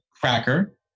Cracker